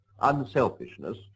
Unselfishness